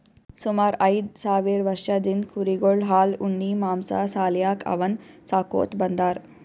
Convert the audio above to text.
ಸುಮಾರ್ ಐದ್ ಸಾವಿರ್ ವರ್ಷದಿಂದ್ ಕುರಿಗೊಳ್ ಹಾಲ್ ಉಣ್ಣಿ ಮಾಂಸಾ ಸಾಲ್ಯಾಕ್ ಅವನ್ನ್ ಸಾಕೋತ್ ಬಂದಾರ್